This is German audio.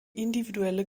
individuelle